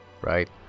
right